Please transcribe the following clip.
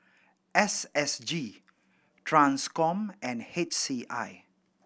S S G Transcom and H C I